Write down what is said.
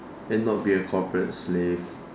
and not be a corporate slave